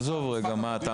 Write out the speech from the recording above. עזוב רגע מה אתה